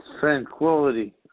tranquility